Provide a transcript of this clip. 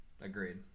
Agreed